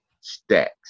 stacks